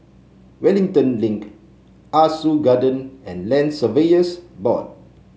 Wellington Link Ah Soo Garden and Land Surveyors Board